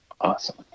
awesome